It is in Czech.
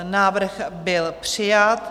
Návrh byl přijat.